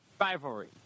rivalry